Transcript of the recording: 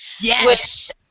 Yes